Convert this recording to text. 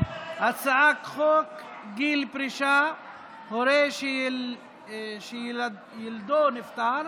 הצעת חוק גיל פרישה (הורה שילדו נפטר)